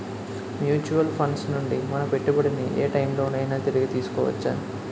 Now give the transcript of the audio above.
Mutual funds నుండి మన పెట్టుబడిని ఏ టైం లోనైనా తిరిగి తీసుకోవచ్చా?